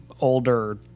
older